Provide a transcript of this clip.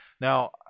Now